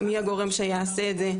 מי הגורם שיעשה את זה,